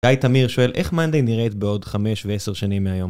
גיא תמיר שואל איך monday נראית בעוד 5 ו10 שנים מהיום?